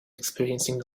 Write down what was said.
experiencing